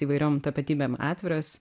įvairiom tapatybėm atviras